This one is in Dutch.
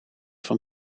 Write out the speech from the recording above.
van